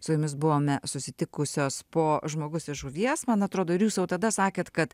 su jumis buvome susitikusios po žmogus iš žuvies man atrodo ir jūs jau tada sakėt kad